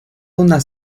unas